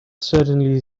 certainly